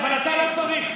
אבל אתה לא צריך.